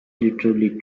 literally